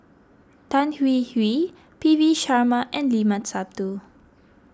Tan Hwee Hwee P V Sharma and Limat Sabtu